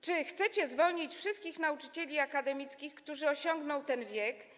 Czy chcecie zwolnić wszystkich nauczycieli akademickich, którzy osiągną ten wiek?